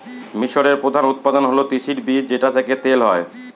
মিশরের প্রধান উৎপাদন হল তিসির বীজ যেটা থেকে তেল হয়